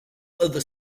other